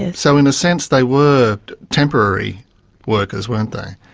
so in a sense they were temporary workers, weren't they?